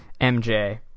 MJ